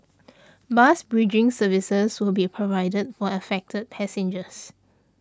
bus bridging services will be provided for affected passengers